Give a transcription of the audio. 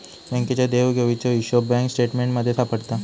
बँकेच्या देवघेवीचो हिशोब बँक स्टेटमेंटमध्ये सापडता